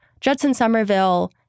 Judson-Somerville